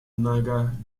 nagar